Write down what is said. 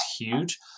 huge